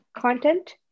content